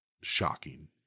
shocking